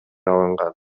алынган